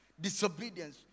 disobedience